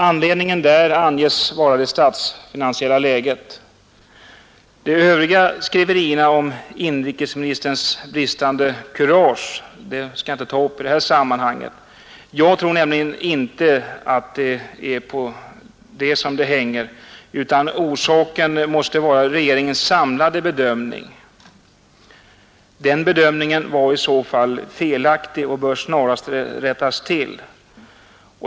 Anledningen anges vara det statsfinansiella läget. De övriga skriverierna om inrikesministerns bristande kurage skall jag inte ta upp i det här sammanhanget. Jag tror nämligen inte att det varit avgörande, utan orsaken måste vara regeringens samlade bedömning. Det är i så fall en felaktig bedömning som snarast bör rättas till.